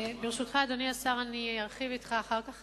ברשותך, אדוני השר, אני ארחיב אתך אחר כך